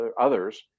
others